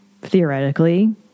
theoretically